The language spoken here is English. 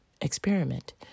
Experiment